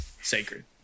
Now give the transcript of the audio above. Sacred